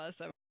Awesome